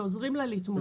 ועוזרים לה להתמודד.